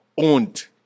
owned